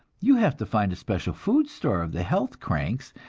you have to find a special food store of the health cranks,